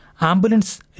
Ambulance